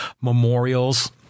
memorials